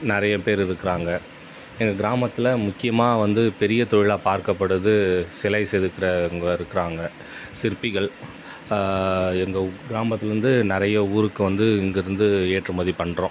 நிறைய பேர் இருக்கிறாங்க எங்கள் கிராமத்தில் முக்கியமாக வந்து பெரிய தொழிலாக பார்க்கப்படுறது சிலை செதுக்கிறவுங்க இருக்கிறாங்க சிற்பிகள் எங்கள் கிராமத்திலேருந்து நிறைய ஊருக்கு வந்து இங்கிருந்து ஏற்றுமதி பண்ணுறோம்